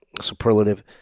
superlative